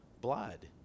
blood